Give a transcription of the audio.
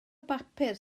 bapur